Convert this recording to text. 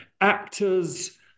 actors